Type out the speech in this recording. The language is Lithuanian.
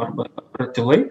arba ratilai